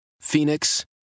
Phoenix